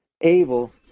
able